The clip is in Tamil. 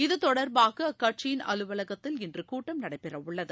இது தொடர்பாக அக்கட்சியின் அலுவலகத்தில் இன்று கூட்டம் நடைபெறவுள்ளது